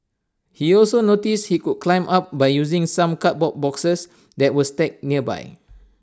he also noticed he could climb up by using some cardboard boxes that were stacked nearby